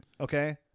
Okay